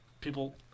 people